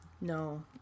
No